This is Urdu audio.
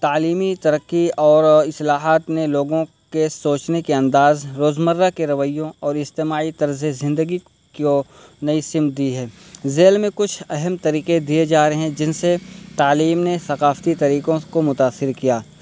تعلیمی ترقی اور اصلاحات نے لوگوں کے سوچنے کے انداز روزمرہ کے رویوں اور اجتماعی طرز زندگی کو نئی سمت دی ہے ذیل میں کچھ اہم طریقے دیے جا رہے ہیں جن سے تعلیم نے ثقافتی طریقوں کو متاثر کیا